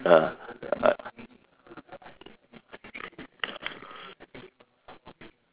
ah uh